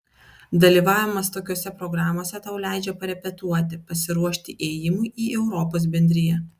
dalyvavimas tokiose programose tau leidžia parepetuoti pasiruošti ėjimui į europos bendriją